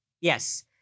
Yes